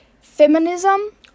feminism